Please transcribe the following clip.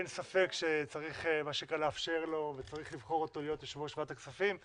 אין ספק שצריך לבחור אותו להיות יושב-ראש ועדת הכספים,